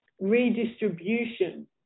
redistribution